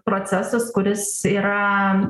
procesas kuris yra